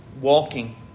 walking